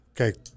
Okay